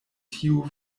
tiu